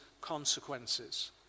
consequences